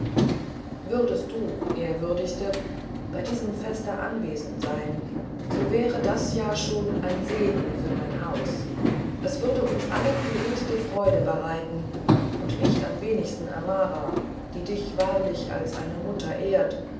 würdest du ehrwürdigste bei diesem feste anwesend sein so wäre das ja schon ein segen für mein haus es würde uns allen die höchste freude bereiten und nicht am wenigsten amara die dich wahrlich als eine mutter ehrt